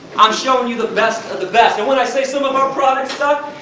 i'm showing you the best of the best. and when i say some of our products suck,